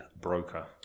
broker